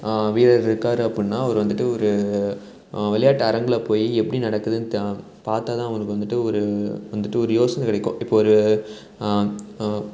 வீரர் இருக்கார் அப்புடின்னா அவர் வந்துட்டு ஒரு விளையாட்டு அரங்கில் போய் எப்படி நடக்குதுன்னு த பார்த்தாதான் அவருக்கு வந்துட்டு ஒரு வந்துட்டு ஒரு யோசனை கிடைக்கும் இப்போ ஒரு